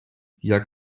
jak